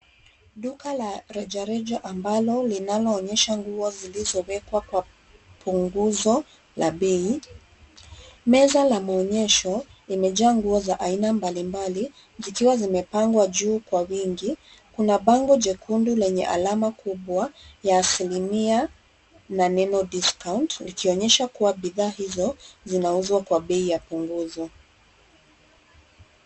Duka la rejareja ambalo linalo onyesha nguo zilizo wekwa kwa punguzo la bei. Meza la muonyesho limejaa nguo za aina mbalimbali zikiwa zimepangwa juu kwa wingi. Kuna bango jekundu lenye alama kubwa ya asimilia la neno discount likionyesha kuwa bidhaa hizo zinauzwa kwa bei ya punguzo.